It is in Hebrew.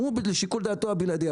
הוא, לשיקול דעתו הבלעדי.